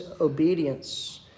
obedience